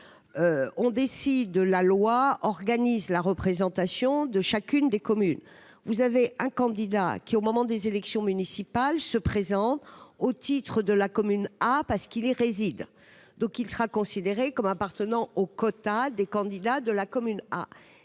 ont décidé de la loi organise la représentation de chacune des communes, vous avez un candidat qui, au moment des élections municipales se présentent au titre de la commune, ah, ah, parce qu'il y réside donc il sera considéré comme appartenant au quota des candidats de la commune à